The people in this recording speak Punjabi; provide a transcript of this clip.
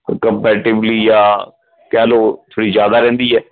ਕੰਪੈਟੀਵਲੀ ਜਾ ਕਹਿ ਲਓ ਥੋੜ੍ਹੀ ਜ਼ਿਆਦਾ ਰਹਿੰਦੀ ਹੈ